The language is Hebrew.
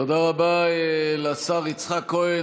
תודה רבה לשר יצחק כהן.